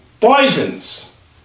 poisons